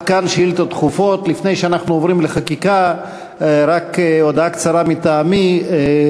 הלוואי שהתקשורת תעסוק בדברים האלה.